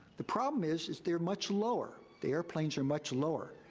the problem is is they're much lower. the airplanes are much lower,